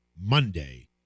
Monday